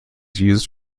used